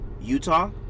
Utah